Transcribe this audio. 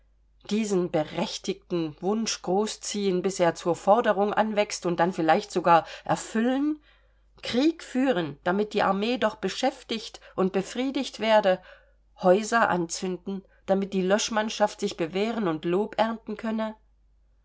diesen berechtigten wunsch großziehen bis er zur forderung anwächst und dann vielleicht sogar erfüllen krieg führen damit die armee doch beschäftigt und befriedigt werde häuser anzünden damit die löschmannschaft sich bewähren und lob ernten könne